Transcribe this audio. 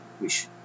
wish